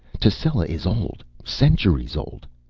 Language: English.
tascela is old centuries old.